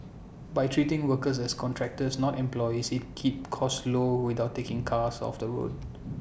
by treating workers as contractors not employees IT can keep costs low without taking cars off the road